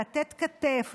לתת כתף,